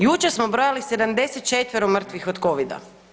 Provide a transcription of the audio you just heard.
Jučer smo brojali 74 mrtvih od Covida.